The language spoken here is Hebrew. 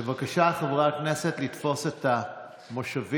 בבקשה, חברי הכנסת, לתפוס את המושבים.